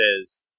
says